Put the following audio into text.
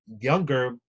Younger